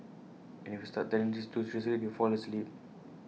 and if you start telling this too seriously they fall asleep